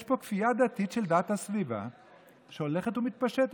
יש פה כפייה דתית של דת הסביבה שהולכת ומתפשטת.